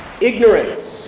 ignorance